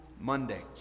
Monday